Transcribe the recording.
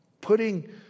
Putting